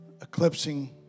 eclipsing